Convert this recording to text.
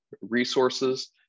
resources